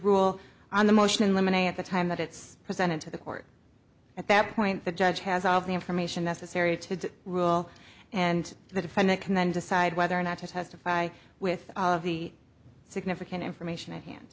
rule on the motion in limine a at the time that it's presented to the court at that point the judge has all the information necessary to rule and the defendant can then decide whether or not to testify with of the significant information at hand